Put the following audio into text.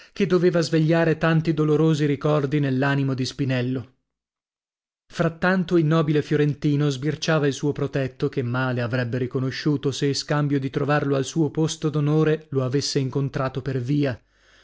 che doveva svegliare tanti dolorosi ricordi nell'animo di spinello frattanto il nobile fiorentino sbirciava il suo protetto che male avrebbe riconosciuto se scambio di trovarlo al suo posto d'onore lo avesse incontrato per via